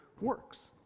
works